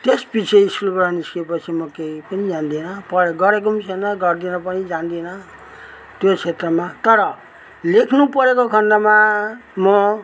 त्यस पछि स्कुलबाट निस्किए पछि म केही पनि जान्दिनँ पर गरेको पनि छैन गर्दिनँ पनि जान्दिनँ त्यो क्षेत्रमा तर लेख्नु परेको खण्डमा म